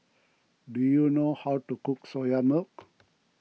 do you know how to cook Soya Milk